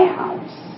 house